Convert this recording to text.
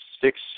Six